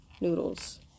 noodles